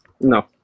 No